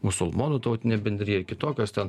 musulmonų tautinė bendrija kitokios ten